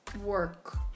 work